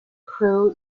crew